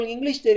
English